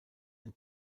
ein